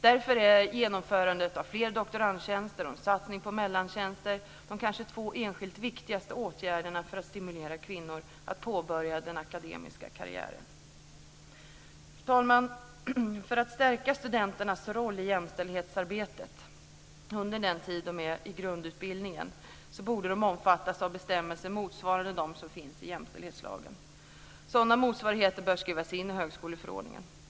Därför är genomförandet av fler doktorandtjänster och en satsning på mellantjänster de kanske två enskilt viktigaste åtgärderna för att stimulera kvinnor att påbörja den akademiska karriären. Fru talman! För att stärka studenternas roll i jämställdhetsarbetet under den tid de är i grundutbildningen borde de omfattas av bestämmelser motsvarande de som finns i jämställdhetslagen. Sådana motsvarigheter bör skrivas in i högskoleförordningen.